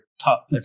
top